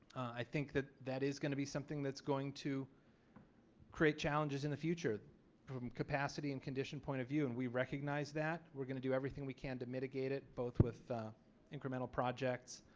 i think that that is going to be something that's going to create challenges in the future capacity and condition point of view and we recognize that we're going to do everything we can to mitigate it both with incremental projects.